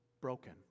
broken